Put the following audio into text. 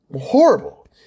horrible